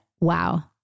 wow